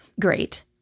Great